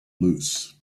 loose